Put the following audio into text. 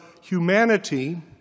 humanity